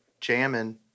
jamming